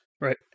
Right